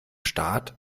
staat